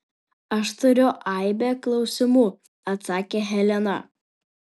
aš turiu aibę klausimų atsakė helena